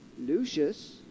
Lucius